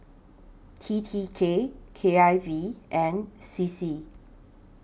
T T K K I V and C C